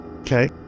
Okay